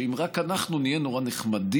שאם רק אנחנו נהיה נורא נחמדים,